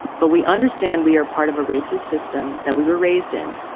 but we understand we are part of a racist system that we were raised in,